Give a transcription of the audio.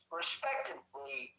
respectively